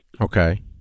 Okay